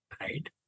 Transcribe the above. right